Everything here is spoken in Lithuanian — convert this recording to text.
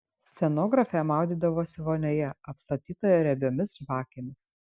scenografė maudydavosi vonioje apstatytoje riebiomis žvakėmis